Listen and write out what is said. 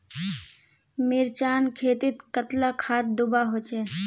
मिर्चान खेतीत कतला खाद दूबा होचे?